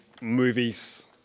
movies